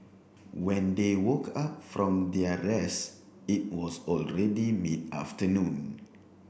when they woke up from their rest it was already mid afternoon